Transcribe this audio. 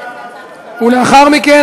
ולאחר מכן,